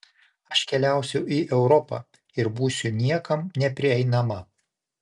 aš keliausiu į europą ir būsiu niekam neprieinama